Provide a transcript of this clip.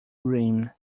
green